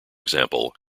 example